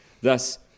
thus